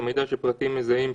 אני עובר להסתייגות מס'